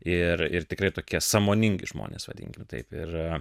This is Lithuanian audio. ir ir tikrai tokie sąmoningi žmonės vadinkim taip ir